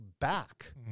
back